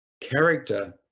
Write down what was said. Character